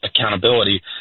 accountability